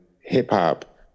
hip-hop